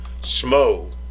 Smo